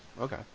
Okay